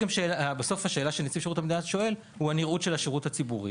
בסוף השאלה שנציב שירות המדינה נוגעת לנראות של השירות הציבורי.